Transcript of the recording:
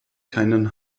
keinen